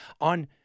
on